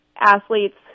athletes